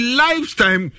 lifetime